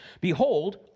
Behold